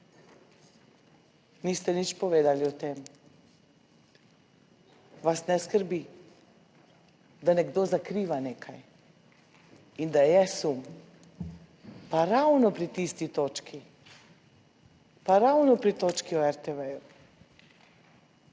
Niste nič povedali o tem. Vas ne skrbi, da nekdo zakriva nekaj in da je sum? Pa ravno pri tisti točki, pa ravno pri točki o RTV.